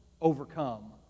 overcome